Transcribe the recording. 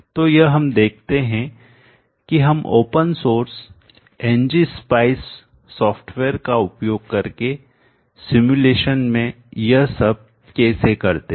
तो यह हम देखते हैं कि हम ओपन सोर्स Ngspice सॉफ्टवेयर का उपयोग करके सिमुलेशन में यह सब कैसे करते हैं